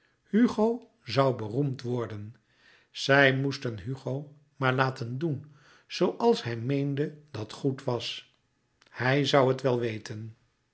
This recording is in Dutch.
hugo zoû beroemd worden zij moesten hugo maar laten doen zooals hij meende dat goed was hij zoû het wel weten